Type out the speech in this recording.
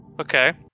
Okay